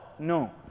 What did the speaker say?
No